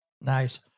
Nice